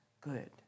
good